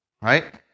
right